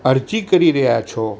અરજી કરી રહ્યા છો